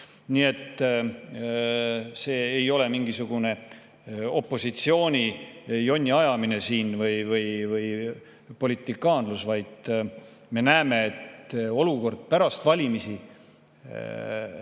Nii et see ei ole mingisugune opositsiooni jonniajamine või politikaanlus, vaid me näeme, et pärast valimisi,